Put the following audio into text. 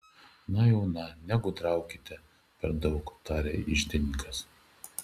na jau na negudraukite per daug tarė iždininkas